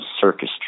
circus